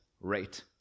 rate